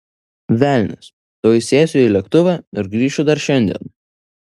velnias tuoj sėsiu į lėktuvą ir grįšiu dar šiandien